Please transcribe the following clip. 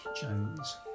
jones